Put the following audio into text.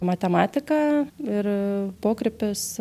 matematiką ir pokrypis